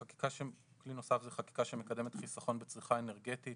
כלי נוסף זה חקיקה שמקדמת חיסכון בצריכה אנרגטית